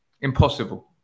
Impossible